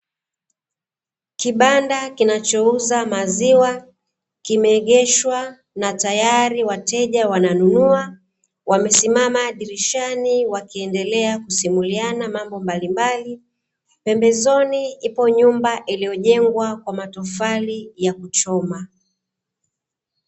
Kibanda kinachouza maziwa, kimeegeshwa na tayari wateja wananunua, wamesimama dirishani wakiendelea kusimuliana mambo mbalimbali, pembezoni ipo nyumba iliyojengwa kwa matofali ya kuchoma.